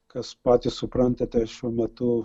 kas patys suprantate šiuo metu